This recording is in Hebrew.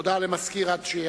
הודעה למזכיר הכנסת,